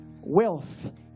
wealth